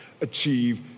achieve